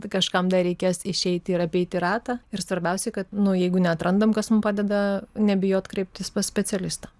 kažkam dar reikės išeiti ir apeiti ratą ir svarbiausia kad nu jeigu neatrandam kas mum padeda nebijot kreiptis pas specialistą